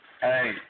hey